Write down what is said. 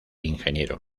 ingeniero